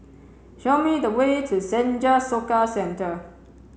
show me the way to Senja Soka Centre